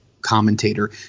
commentator